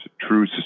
true